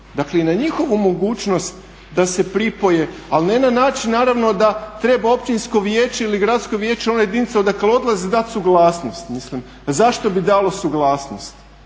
dakle i na njihovu mogućnost da se pripoje, ali ne na način naravno da treba općinsko vijeće ili gradsko vijeće, ona jedinica odakle odlazi dati suglasnost. Mislim, pa zašto bi dalo suglasnost.